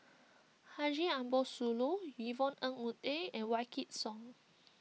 Haji Ambo Sooloh Yvonne Ng Uhde and Wykidd Song